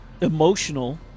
emotional